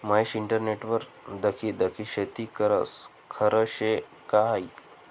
महेश इंटरनेटवर दखी दखी शेती करस? खरं शे का हायी